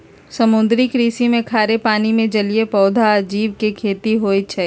समुद्री कृषि में खारे पानी में जलीय पौधा आ जीव के खेती होई छई